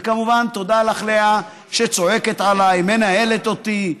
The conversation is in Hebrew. וכמובן, תודה לך, לאה, שצועקת עליי, מנהלת אותי,